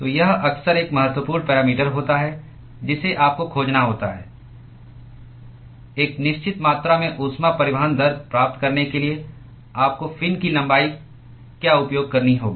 तो यह अक्सर एक महत्वपूर्ण पैरामीटर होता है जिसे आपको खोजना होता है एक निश्चित मात्रा में ऊष्मा परिवहन दर प्राप्त करने के लिए आपको फिन की लंबाई क्या उपयोग करनी होगी